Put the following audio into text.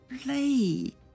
play